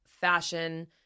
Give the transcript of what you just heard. fashion